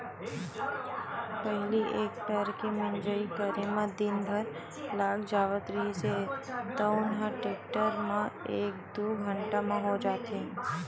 पहिली एक पैर के मिंजई करे म दिन भर लाग जावत रिहिस तउन ह टेक्टर म एक दू घंटा म हो जाथे